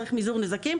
צריך מזעור נזקים,